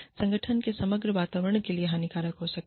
संगठन के समग्र वातावरण के लिए हानिकारक हो सकता है